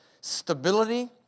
stability